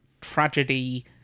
tragedy